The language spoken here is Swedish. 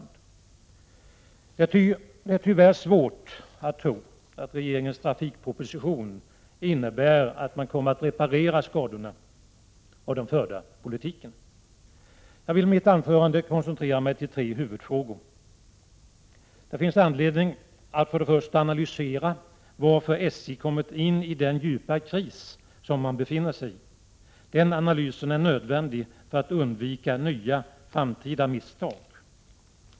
Det är tyvärr svårt att tro att regeringens trafikproposition innebär att man kommer att reparera skadorna av den förda politiken. Jag vill i mitt anförande koncentrera mig på tre huvudfrågor: För det första finns det anledning att analysera varför SJ kommit in i den djupa kris som man befinner sig i. Den analysen är nödvändig för att undvika nya framtida misstag.